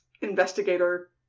investigator